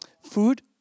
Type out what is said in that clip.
food